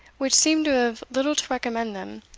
which seemed to have little to recommend them,